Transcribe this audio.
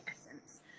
essence